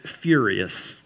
furious